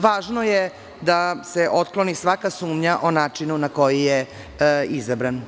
Važno je da se otkloni svaka sumnja o načinu na koji je izabran.